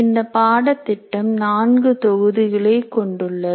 இந்த பாடத்திட்டம் நான்கு தொகுதிகளை கொண்டுள்ளது